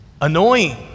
annoying